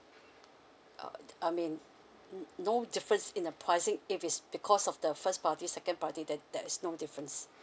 uh I mean mm no difference in the pricing if it's because of the first priority second priority then there's no difference